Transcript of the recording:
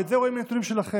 ואת זה רואים מנתונים שלכם.